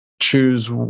choose